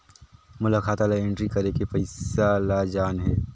मोला खाता ला एंट्री करेके पइसा ला जान हे?